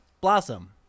blossom